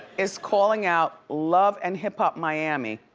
is calling out love and hip hop miami